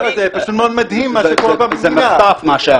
זה מחטף מה שהיה פה.